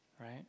Right